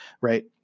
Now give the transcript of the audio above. Right